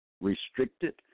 restricted